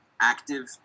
active